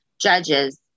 judges